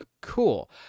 Cool